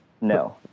No